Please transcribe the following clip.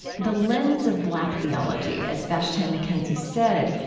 the lens of black theology, as vashti mckenzie said,